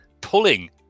pulling